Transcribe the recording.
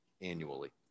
annually